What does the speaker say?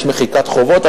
ויש מחיקת חובות.